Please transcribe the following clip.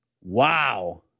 Wow